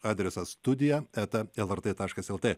adresą studija eta lrt taškas lt